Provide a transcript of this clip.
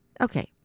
Okay